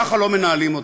ככה לא מנהלים אותם.